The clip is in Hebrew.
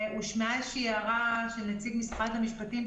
והושמעה הערה של נציג משרד המשפטים,